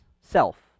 self